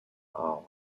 hour